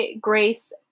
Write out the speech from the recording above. Grace